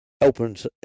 opens